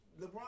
LeBron